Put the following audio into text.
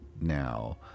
now